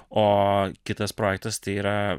o kitas projektas tai yra